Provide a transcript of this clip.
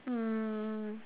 um